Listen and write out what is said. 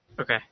Okay